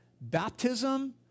baptism